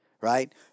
right